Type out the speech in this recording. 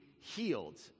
healed